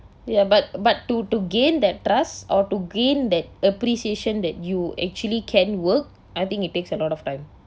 ya but but to to gain that trust or to gain that appreciation that you actually can work I think it takes a lot of time